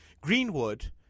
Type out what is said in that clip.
Greenwood